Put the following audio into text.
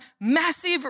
massive